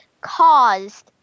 caused